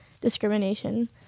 discrimination